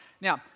Now